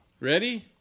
Ready